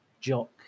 jock